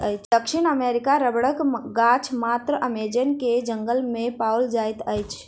दक्षिण अमेरिकी रबड़क गाछ मात्र अमेज़न के जंगल में पाओल जाइत अछि